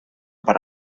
para